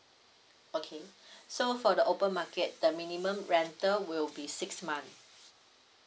okay so for the open market the minimum rental will be six month